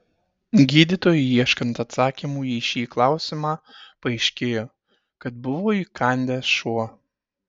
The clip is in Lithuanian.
gydytojui ieškant atsakymų į šį klausimą paaiškėjo kad buvo įkandęs šuo